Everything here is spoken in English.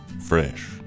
Fresh